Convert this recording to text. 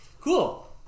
cool